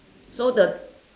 so the